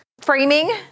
framing